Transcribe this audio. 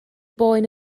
boen